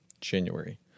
January